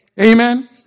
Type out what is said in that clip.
Amen